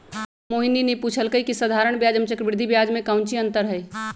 मोहिनी ने पूछल कई की साधारण ब्याज एवं चक्रवृद्धि ब्याज में काऊची अंतर हई?